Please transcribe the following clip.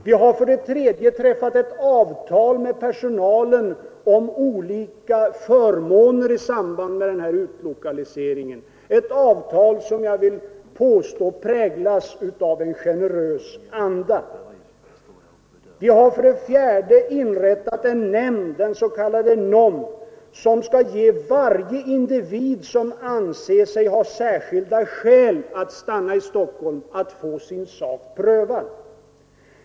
Vi har för det tredje träffat ett avtal med personalen om olika förmåner i samband med denna utlokalisering, ett avtal som jag vill påstå präglas av en generös anda. Vi har för det fjärde inrättat en nämnd, den s.k. NOM, som skall ge varje individ som anser sig ha särskilda skäl att stanna i Stockholm rätt att få sin sak prövad.